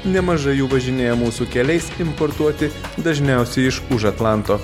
nemažai jų važinėja mūsų keliais importuoti dažniausiai iš už atlanto